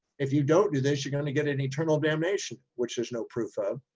if you don't do this, you're going to get an eternal damnation, which there's no proof of,